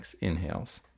inhales